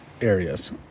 areas